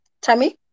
Tammy